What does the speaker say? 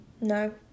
No